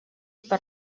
per